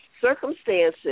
circumstances